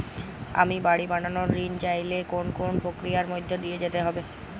আমি বাড়ি বানানোর ঋণ চাইলে কোন কোন প্রক্রিয়ার মধ্যে দিয়ে যেতে হবে?